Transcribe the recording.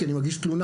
כי אני מגיש תלונה,